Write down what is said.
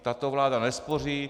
Tato vláda nespoří.